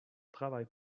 travail